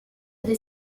des